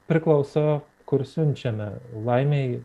priklauso kur siunčiame laimei